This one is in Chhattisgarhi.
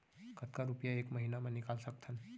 कतका रुपिया एक महीना म निकाल सकथन?